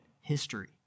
history